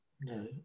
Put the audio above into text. No